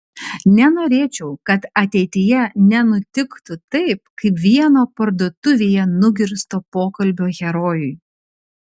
nenorėčiau kad ateityje nenutiktų taip kaip vieno parduotuvėje nugirsto pokalbio herojui